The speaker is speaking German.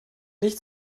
nicht